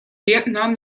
lieutenant